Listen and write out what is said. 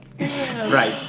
Right